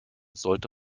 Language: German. sollte